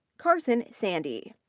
carson sandy.